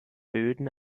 böden